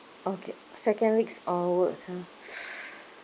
okay second weeks onwards ah